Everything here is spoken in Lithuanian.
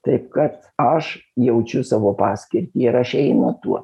taip kad aš jaučiu savo paskirtį ir aš einu tuo